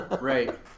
right